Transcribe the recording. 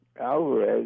Alvarez